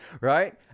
right